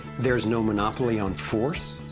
there is no monopoly on force.